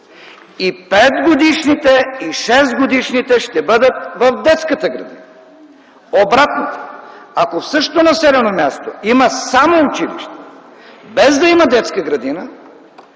и 5 годишните, и 6-годишните ще бъдат в детската градина. Обратното, ако в същото населено място има само училище без да има детска градина,